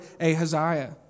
Ahaziah